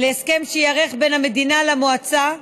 להסכם שייערך בין המדינה למועצה,